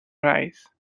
rice